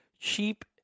cheap